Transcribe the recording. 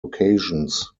occasions